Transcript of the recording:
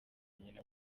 nyina